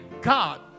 God